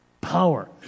power